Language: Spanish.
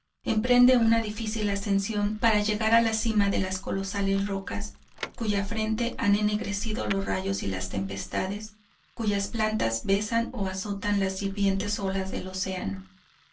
emprende una difícil ascensión para llegar a la cima de las colosales rocas cuya frente han ennegrecido los rayos y las tempestades cuyas plantas besan o azotan las hirvientes olas del océano